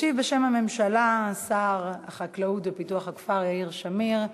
ישיב בשם הממשלה שר החקלאות ופיתוח הכפר יאיר שמיר,